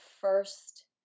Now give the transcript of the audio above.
first